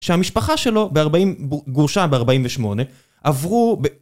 שהמשפחה שלו גורשה בארבעים ושמונה עברו